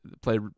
Play